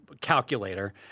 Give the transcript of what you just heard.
calculator